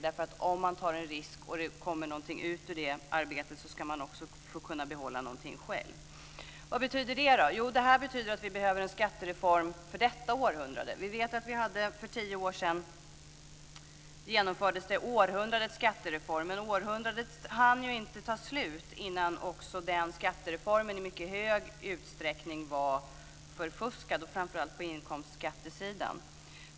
Tar man en risk och det kommer något ut av det arbetet ska man också kunna få behålla något själv. Vad betyder det? Jo, det betyder att vi behöver en skattereform för detta århundrade. Vi vet att man för tio år sedan genomförde århundradets skattereform. Men århundradet hann ju inte ta slut innan också den skattereformen i mycket hög utsträckning var förfuskad, framför allt på inkomstskattesidan.